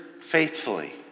faithfully